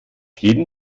jeden